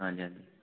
ਹਾਂਜੀ ਹਾਂਜੀ